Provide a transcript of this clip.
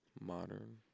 Modern